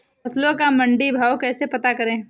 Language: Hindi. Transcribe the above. फसलों का मंडी भाव कैसे पता करें?